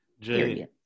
Jay